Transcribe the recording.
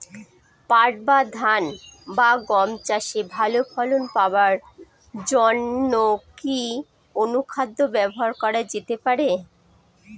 পাট বা ধান বা গম চাষে ভালো ফলন পাবার জন কি অনুখাদ্য ব্যবহার করা যেতে পারে?